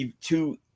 two